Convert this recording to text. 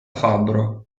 fabbro